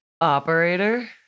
Operator